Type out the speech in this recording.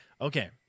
Okay